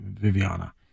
Viviana